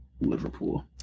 liverpool